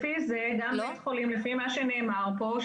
לפי מה שנאמר פה,